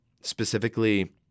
specifically